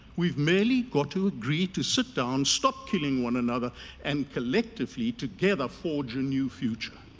we've merely got to agree to sit down, stop killing one another and collectively together forge a new future.